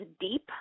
deep